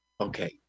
Okay